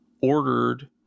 ordered